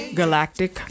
galactic